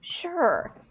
Sure